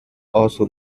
also